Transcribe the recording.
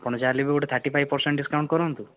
ଆପଣ ଯାହା ହେଲେ ବି ଗୋଟେ ଥାର୍ଟି ଫାଇବ୍ ପର୍ସେଣ୍ଟ୍ ଡିସ୍କାଉଣ୍ଟ୍ କରନ୍ତୁ